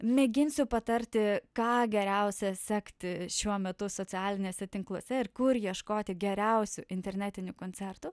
mėginsiu patarti ką geriausia sekti šiuo metu socialiniuose tinkluose ir kur ieškoti geriausių internetinių koncertų